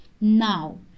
Now